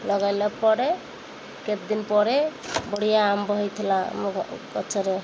ଲଗାଇଲା ପରେ କେତେଦିନ ପରେ ବଢ଼ିଆ ଆମ୍ବ ହେଇଥିଲା ଆମ ଗଛରେ